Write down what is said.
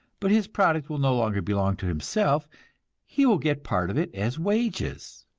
but his product will no longer belong to himself he will get part of it as wages,